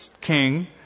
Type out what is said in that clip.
king